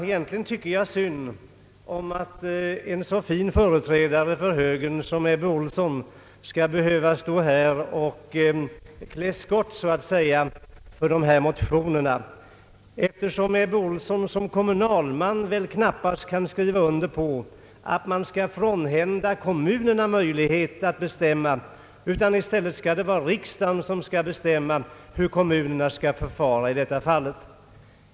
Egentligen tycker jag att det är synd att en så fin företrädare för högern som herr Ebbe Ohlsson skall behöva stå här och klä skott, så att säga, för dessa motioner, eftersom herr Ebbe Ohlsson såsom kommunalman väl knappast kan medverka till att riksdagen skall frånhända kommunerna möjligheten att bestämma hur kommunerna skall förfara i sådana fall.